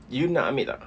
you nak ambil tak